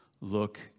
look